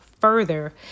further